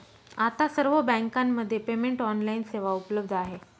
आता सर्व बँकांमध्ये पेमेंट ऑनलाइन सेवा उपलब्ध आहे